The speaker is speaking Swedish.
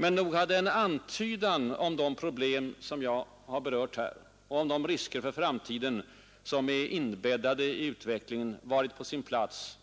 Men nog hade en antydan om de problem jag här berört och de risker för framtiden som är inbäddade i utvecklingen varit på sin plats